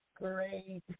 Great